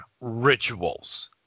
rituals